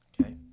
Okay